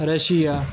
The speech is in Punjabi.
ਰਸ਼ੀਆ